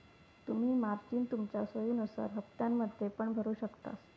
तुम्ही मार्जिन तुमच्या सोयीनुसार हप्त्त्यांमध्ये पण भरु शकतास